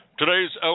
Today's